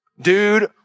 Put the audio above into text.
Dude